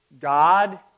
God